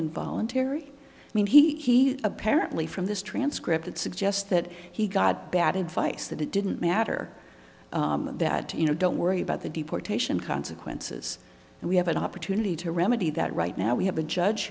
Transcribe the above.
and voluntary i mean he apparently from this transcript suggests that he got bad advice that it didn't matter that you know don't worry about the deportation consequences and we have an opportunity to remedy that right now we have a judge